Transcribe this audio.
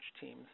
teams